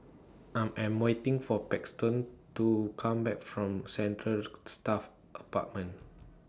I Am waiting For Paxton to Come Back from Central Staff Apartment